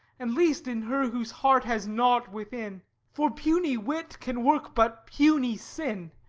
and least in her whose heart has naught within for puny wit can work but puny sin.